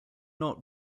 not